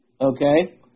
okay